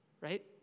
right